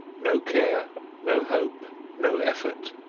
no care no hope no effort.